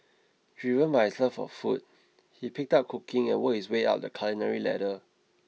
driven by his love for food he picked up cooking and worked his way up the culinary ladder